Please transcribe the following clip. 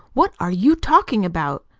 what are you talking about?